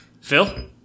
Phil